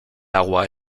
agua